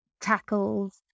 tackles